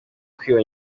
kwiba